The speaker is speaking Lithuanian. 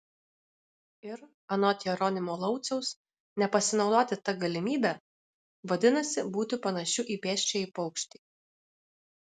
ir anot jeronimo lauciaus nepasinaudoti ta galimybe vadinasi būti panašiu į pėsčiąjį paukštį